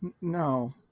no